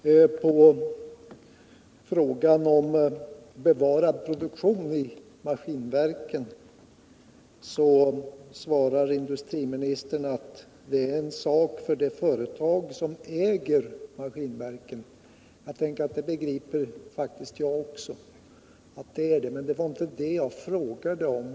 Herr talman! På frågan om bevarad produktion vid Maskinverken svarar industriministern att det är en sak för det företag som äger Maskinverken. Ja, det begriper faktiskt jag också. Men det var inte det jag frågade om.